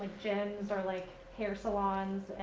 gyms or like hair salons.